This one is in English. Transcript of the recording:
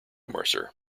mercer